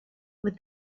with